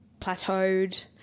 plateaued